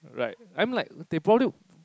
right I'm like they